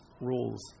rules